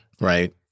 right